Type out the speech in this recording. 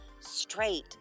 straight